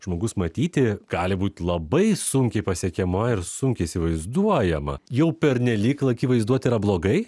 žmogus matyti gali būt labai sunkiai pasiekiama ir sunkiai įsivaizduojama jau pernelyg laki vaizduotė yra blogai